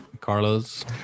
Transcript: Carlos